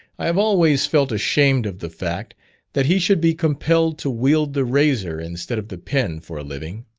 i have always felt ashamed of the fact that he should be compelled to wield the razor instead of the pen for a living.